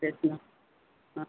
तेच ना हां